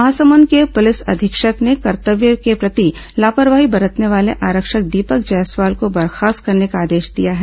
महासमुंद के पुलिस अधीक्षक ने कर्तव्य के प्रति लापरवाही बरतने वाले आरक्षक दीपक जायसवाल को बर्खास्त करने का आदेश दिया है